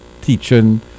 teaching